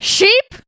Sheep